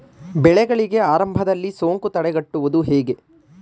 ಬೆಳೆಗಳಿಗೆ ಆರಂಭದಲ್ಲಿ ಸೋಂಕು ತಡೆಗಟ್ಟುವುದು ಹೇಗೆ?